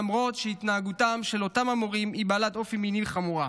למרות שהתנהגותם של אותם המורים היא בעלת אופי מיני וחמורה.